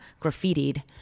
graffitied